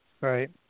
right